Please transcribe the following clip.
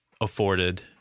afforded